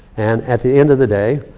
and at the end of the day,